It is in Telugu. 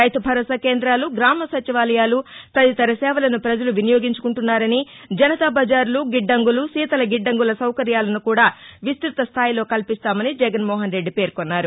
రైతు భరోసా కేంద్రాలు గ్రామ సచివాలయాలు తదితర సేవలను ప్రజలు వినియోగించుకుంటున్నారని జనతా బజార్లు గిద్దంగులు శీతల గిద్దంగుల సౌకర్యాలను కూడా విస్తృత స్థాయిలో కల్పిస్తామని జగన్మోహన్రెడ్డి పేర్కొన్నారు